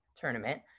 Tournament